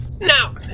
Now